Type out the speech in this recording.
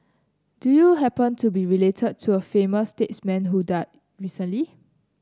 do you happen to be related to a famous statesman who died recently